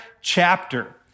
chapter